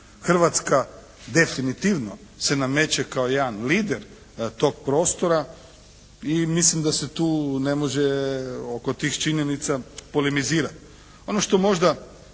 Hrvatska definitivno se nameće kao jedan lider tog prostora. I mislim da se tu ne može oko tih činjenica polemizirati.